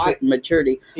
maturity